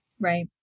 Right